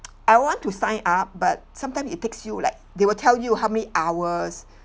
I want to sign up but sometimes it takes you like they will tell you how many hours